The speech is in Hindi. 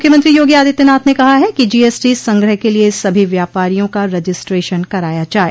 मुख्यमंत्री योगी आदित्यनाथ ने कहा कि जीएसटी संग्रह के लिये सभी व्यापारियों का रजिस्ट्रेशन कराया जाये